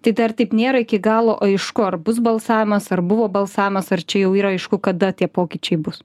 tai dar taip nėra iki galo aišku ar bus balsavimas ar buvo balsavimas ar čia jau yra aišku kada tie pokyčiai bus